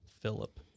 Philip